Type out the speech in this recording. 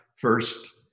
first